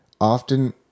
often